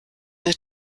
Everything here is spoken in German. eine